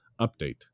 Update